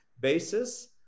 basis